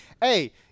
hey